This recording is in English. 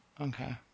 okay